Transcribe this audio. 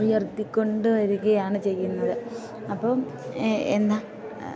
ഉയർത്തിക്കൊണ്ട് വരികയാണ് ചെയ്യുന്നത് അപ്പോൾ എന്നാ